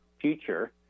future